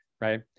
right